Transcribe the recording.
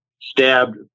stabbed